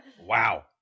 Wow